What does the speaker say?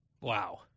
Wow